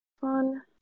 Fun